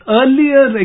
earlier